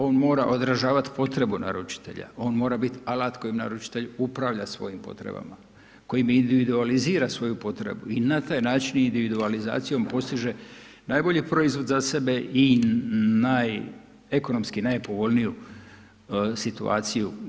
On mora održavat potrebu naručitelja, on mora biti alat kojim naručitelj upravlja svojim potrebama, kojim individualizira svoju potrebu i na taj način individualizacijom, postiže najbolji proizvod za sebe i naj, ekonomski najpovoljniju situaciju.